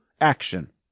action